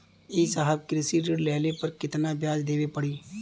ए साहब कृषि ऋण लेहले पर कितना ब्याज देवे पणी?